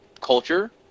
culture